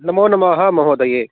नमो नमः महोदये